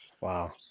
Wow